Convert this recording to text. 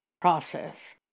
process